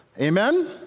Amen